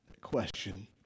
question